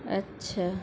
اچھا